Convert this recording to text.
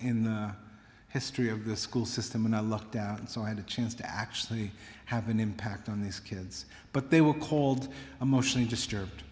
in the history of the school system and i lucked out and so i had a chance to actually have an impact on these kids but they were called emotionally disturbed